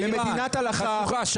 למדינת הלכה.